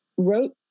wrote